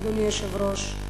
אדוני היושב-ראש,